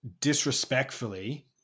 disrespectfully